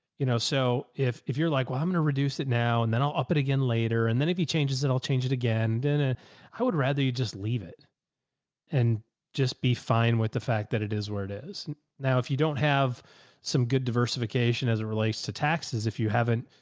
you know, so if, if you're like, well, i'm going to reduce it now and then i'll up it again later. and then if he changes it, i'll change it again. then ah i would rather you just leave it and just be fine with the fact that it is where it is now, if you don't have some good diversification as it relates to taxes, if you haven't.